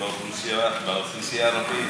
שבאוכלוסייה הערבית,